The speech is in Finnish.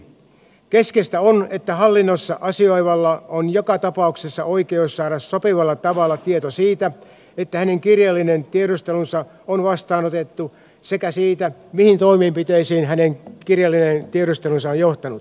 keskeistä on että hallinnossa asioivalla on joka tapauksessa oikeus saada sopivalla tavalla tieto siitä että hänen kirjallinen tiedustelunsa on vastaanotettu sekä siitä mihin toimenpiteisiin hänen kirjallinen tiedustelunsa on johtanut